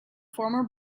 former